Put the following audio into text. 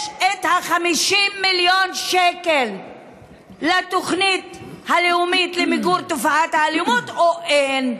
יש 50 מיליון שקלים לתוכנית הלאומית למיגור תופעת האלימות או אין?